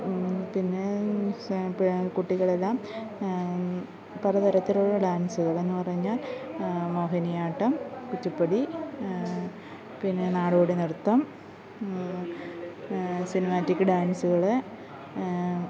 പിന്നെയെന്നു വെച്ചാൽ പേ കുട്ടികളെല്ലാം പലതരത്തിലുള്ള ഡാന്സുകള് എന്നു പറഞ്ഞാല് മോഹിനിയാട്ടം കുച്ചിപ്പുടി പിന്നെ നാടോടിനൃത്തം സിനിമേറ്റിക് ഡാന്സുകൾ